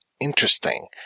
interesting